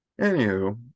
anywho